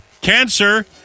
Cancer